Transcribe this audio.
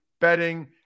betting